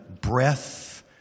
breath